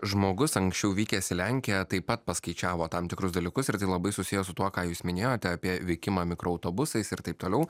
žmogus anksčiau vykęs į lenkiją taip pat paskaičiavo tam tikrus dalykus ir tai labai susiję su tuo ką jūs minėjote apie vykimą mikroautobusais ir taip toliau